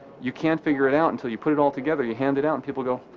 you can't figure it out until you put it all together you hand it out, and people go.